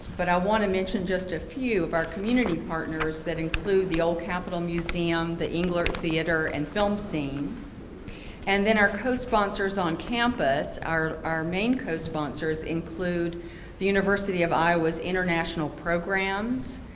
but i want to mention just a few of our community partners that include the old capitol museum, the englert theatre and filmscene. and then our co-sponsors on campus. our our main co-sponsors include the university of iowa's international programs,